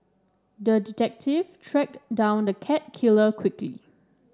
the detective tracked down the cat killer quickly